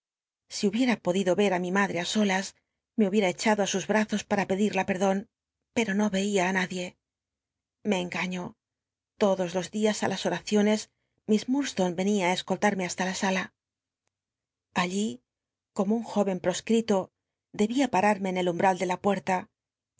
si hubiera podido ver ti mi madre á solas me hubi cm echado sus brazos para pedida pccclon pero no veía ü n die le engaño lodos los días á las ocaciones miss llurdslone cnia ti cscoltarmc hasta la sala allí como un jóven proscl'ito debía paraamc en el umbral de la puerta